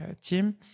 team